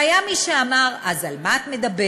והיה מי שאמר: אז על מה את מדברת?